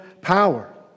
power